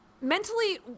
Mentally